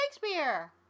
Shakespeare